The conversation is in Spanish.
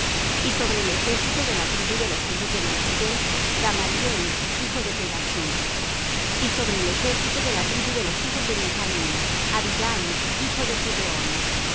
y sobre el ejército de la tribu de los hijos de manasés gamaliel hijo de pedasur y sobre el ejército de la tribu de los hijos de benjamín abidán hijo de gedeón luego